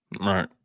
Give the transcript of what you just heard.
Right